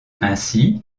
ainsi